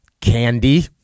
candy